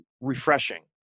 refreshing